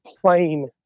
plain